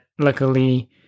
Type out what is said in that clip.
luckily